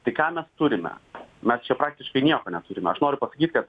tai ką mes turime na čia praktiškai nieko neturime aš noriu pasakyt kad